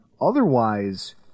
Otherwise